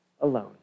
alone